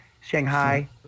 Shanghai